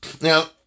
Now